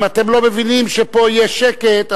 אם אתם לא מבינים שפה יהיה שקט,